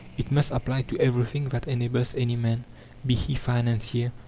it must apply to everything that enables any man be he financier,